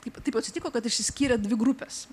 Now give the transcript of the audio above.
taip taip atsitiko kad išsiskyrė dvi grupes